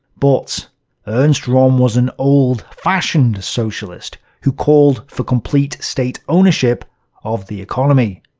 but ernst rohm was an old-fashioned socialist who called for complete state-ownership of the economy.